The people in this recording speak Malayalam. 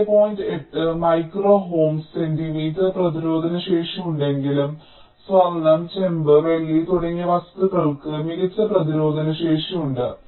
8 മൈക്രോ ohms' സെന്റിമീറ്റർ പ്രതിരോധശേഷിയുണ്ടെങ്കിലും സ്വർണം ചെമ്പ് വെള്ളി തുടങ്ങിയ വസ്തുക്കൾക്ക് മികച്ച പ്രതിരോധശേഷി ഉണ്ട്